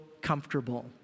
comfortable